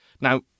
Now